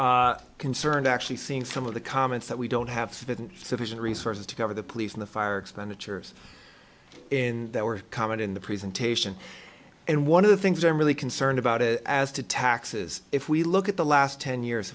rather concerned actually seeing some of the comments that we don't have sufficient resources to cover the police and the fire expenditures in that were common in the presentation and one of the things i'm really concerned about is as to taxes if we look at the last ten years